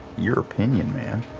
your opinion, man.